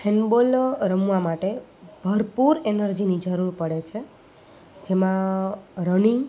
handball રમવા માટે ભરપૂર એનર્જીની જરૂર પડે છે જેમાં રનિંગ